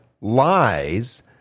lies